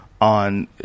on